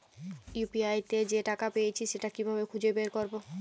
UPI তে যে টাকা পেয়েছি সেটা কিভাবে খুঁজে বের করবো?